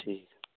ਠੀਕ